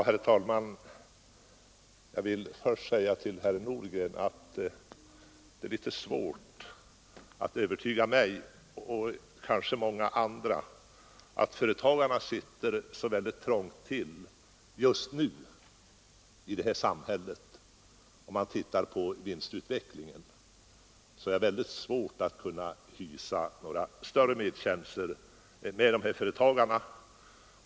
Herr talman! Först vill jag säga till herr Nordgren att det är litet svårt att övertyga mig och kanske också många andra om att företagarna just nu sitter så förfärligt trångt i det här samhället. Om man ser på vinstutvecklingen har man svårt att hysa någon djupare medkänsla med de här företagarna.